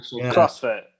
crossfit